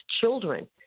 children